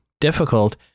difficult